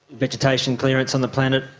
vegetation clearance on the planet,